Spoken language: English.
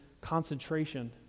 concentration